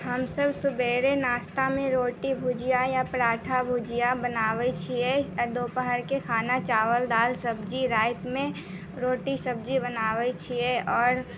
हमसब सवेरे नाश्तामे रोटी भुजिआ या पराठा भुजिआ बनाबै छिए आओर दोपहरके खाना चावल दाल सब्जी रातिमे रोटी सब्जी बनाबै छिए आओर